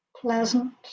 Pleasant